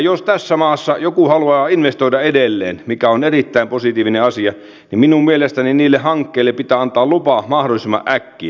jos tässä maassa joku haluaa investoida edelleen mikä on erittäin positiivinen asia niin minun mielestäni niille hankkeille pitää antaa lupa mahdollisimman äkkiä